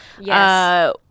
Yes